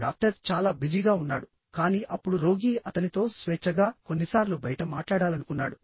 doctor చాలా బిజీగా ఉన్నాడుకానీ అప్పుడు రోగి అతనితో స్వేచ్ఛగాకొన్నిసార్లు బయట మాట్లాడాలనుకున్నాడు